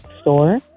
Store